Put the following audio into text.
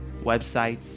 websites